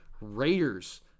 Raiders